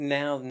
now